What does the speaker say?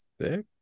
six